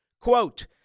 Quote